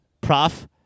Prof